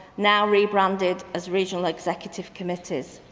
now rebranded as regional executive committees.